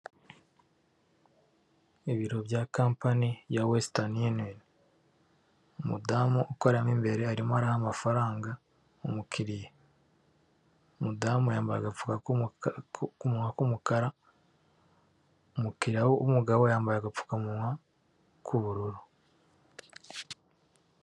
Ibiro bya kampani ya Western Union umudamu ukoreramo imbere arimo araha amafaranga umukiriya mudamu yampaye agapfukawa k'umukara umukiriya w'umugabo yambaye agapfukamunwa k'ubururu.